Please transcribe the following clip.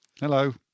Hello